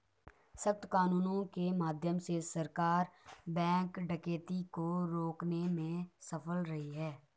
सख्त कानूनों के माध्यम से सरकार बैंक डकैती को रोकने में सफल रही है